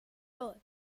door